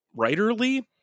writerly